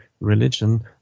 religion